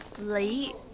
late